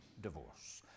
divorce